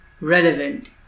Relevant